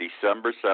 December